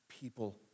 people